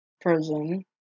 prison